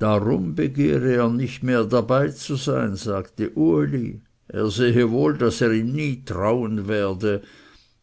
darum begehre er nicht mehr dabeizusein sagte uli er sehe wohl daß er ihm nie trauen werde